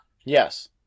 Yes